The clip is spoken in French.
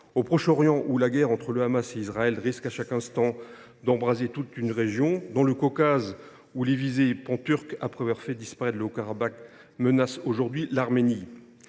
au Proche Orient, que la guerre entre le Hamas et Israël risque à chaque instant d’embraser ; ou encore dans le Caucase, où les visées panturques, après avoir fait disparaître le Haut Karabakh, menacent aujourd’hui l’Arménie.